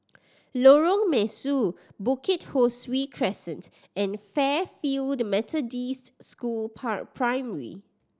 Lorong Mesu Bukit Ho Swee Crescent and Fairfield Methodist School Primary